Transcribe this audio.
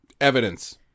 evidence